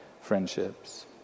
friendships